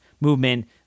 movement